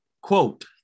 Quote